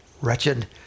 wretched